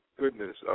goodness